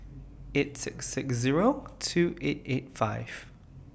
eight six six Zero two eight eight five